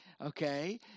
okay